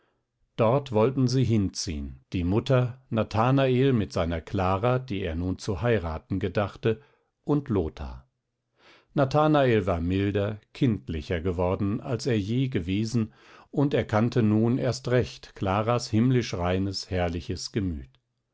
dort wollten sie hinziehen die mutter nathanael mit seiner clara die er nun zu heiraten gedachte und lothar nathanael war milder kindlicher geworden als er je gewesen und erkannte nun erst recht claras himmlisch reines herrliches gemüt